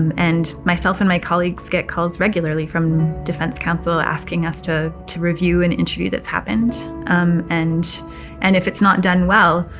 and myself and my colleagues get calls regularly from defense council asking us to to review an interview that's happened um and and if it's not done well,